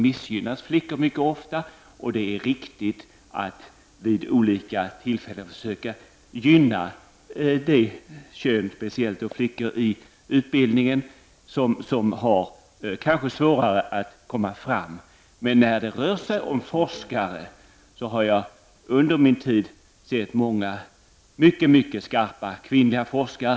Därför är det riktigt att vid skilda tillfällen försöka gynna flickor i utbildningen, eftersom de kan ha svårare än pojkar att slå sig fram. Jag har under min verksamma tid träffat många mycket skarpa kvinnliga forskare.